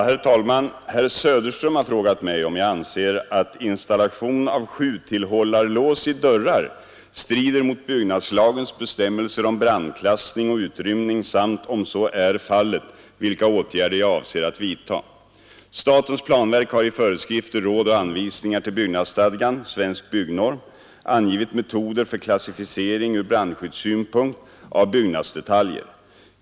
Herr talman! Herr Söderström har frågat mig om jag anser att installation av sjutillhållarlås i dörrar strider mot byggnadslagens bestämmelser om brandklassning och utrymning samt, om så är fallet, vilka åtgärder jag avser att vidtaga. Statens planverk har i föreskrifter, råd och anvisningar till byggnadsstadgan angivit metoder för klassificering ur brandskyddssynpunkt av byggnadsdetaljer.